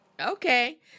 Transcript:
Okay